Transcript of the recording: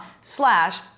slash